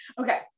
Okay